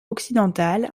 occidentales